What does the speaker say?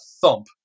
thump